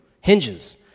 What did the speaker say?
hinges